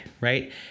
right